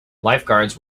lifeguards